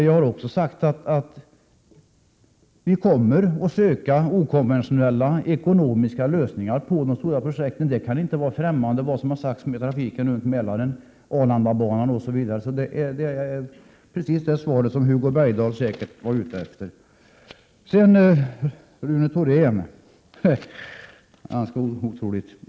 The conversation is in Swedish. Jag har också sagt att vi kommer att söka okonventionella ekonomiska lösningar på de stora projekten. Det kan inte vara obekant vad som sagts om trafiken runt Mälaren, om Arlandabanan osv. Det är säkerligen precis det svar som Hugo Bergdahl vill ha. Rune Thoréns ståndpunkt är ganska otrolig.